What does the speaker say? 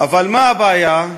אבל מה הבעיה?